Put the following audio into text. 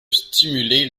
stimuler